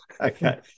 okay